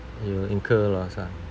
you incur loss ah